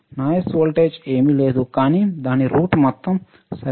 noise voltage ఏమీ లేదు కానీ దాని రూట్ మొత్తం సరేన